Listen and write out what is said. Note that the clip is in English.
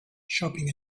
shopping